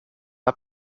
n’a